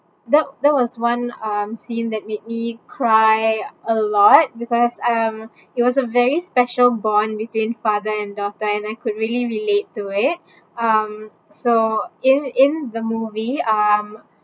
that that was one um scene that made me cry a lot because um it was a very special bond between father and daughter and I could really relate to it um so in in the movie um